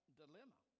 dilemma